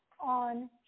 on